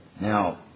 now